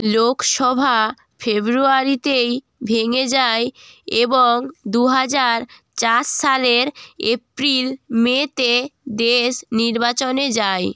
লোকসভা ফেব্রুয়ারিতেই ভেঙ্গে যায় এবং দু হাজার চার সালের এপ্রিল মে তে দেশ নির্বাচনে যায়